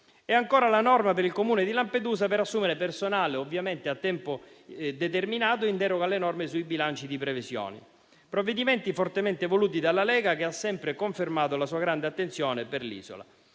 ancora la norma per consentire al Comune di Lampedusa di assumere personale a tempo determinato in deroga alle norme sui bilanci di previsione. Si tratta di provvedimenti fortemente voluti dalla Lega, che ha sempre confermato la sua grande attenzione per l'isola.